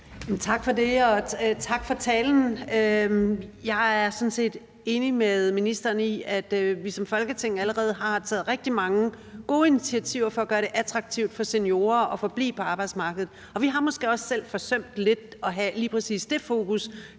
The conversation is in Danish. Tak for det. Og tak for talen. Jeg er sådan set enig med ministeren i, at vi som Folketing allerede har taget rigtig mange gode initiativer for at gøre det attraktivt for seniorer at forblive på arbejdsmarkedet, og vi har måske også selv lidt forsømt at have lige præcis det fokus